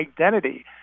identity